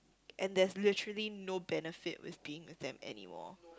and there's literally no benefit with being with them anymore